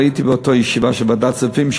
לא הייתי באותה ישיבה של ועדת הכספים שהוא